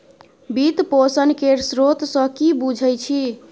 वित्त पोषण केर स्रोत सँ कि बुझै छी